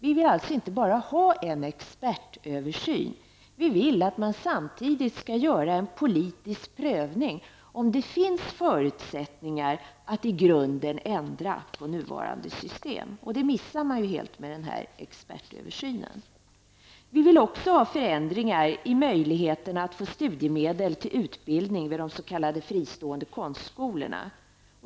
Vi vill inte bara ha en expertöversyn. Vi vill att man samtidigt skall göra en politisk prövning av om det finns förutsättningar för att i grunden ändra på nuvarande system. Det missar man helt med expertöversynen. Vi vill också ha förändringar i möjligheterna att få studiemedel till utbildning vid de s.k. fristående konstskolorna.